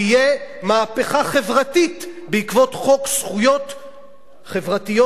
שתהיה מהפכה חברתית בעקבות חוק זכויות חברתיות,